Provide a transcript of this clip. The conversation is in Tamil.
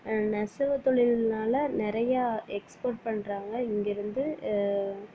நெசவு தொழில்னால நிறையா எக்ஸ்போர்ட் பண்ணுறாங்க இங்கிருந்து